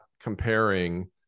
comparing